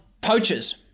poachers